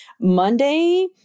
Monday